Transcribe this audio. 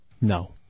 No